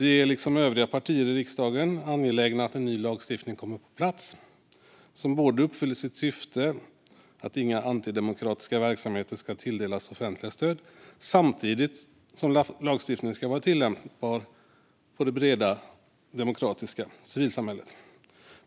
Vi är, liksom övriga partier i riksdagen, angelägna om att en ny lagstiftning kommer på plats som uppfyller sitt syfte - att inga antidemokratiska verksamheter ska tilldelas offentliga stöd - samtidigt som lagstiftningen ska kunna tillämpas av det breda, demokratiska civilsamhället.